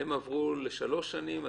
והם עברו לשלוש שנים,